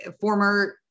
former